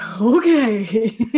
Okay